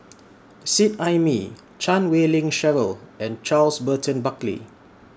Seet Ai Mee Chan Wei Ling Cheryl and Charles Burton Buckley